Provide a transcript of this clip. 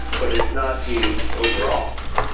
but it's not huge overall.